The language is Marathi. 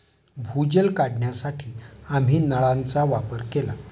भूजल काढण्यासाठी आम्ही नळांचा वापर केला